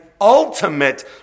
ultimate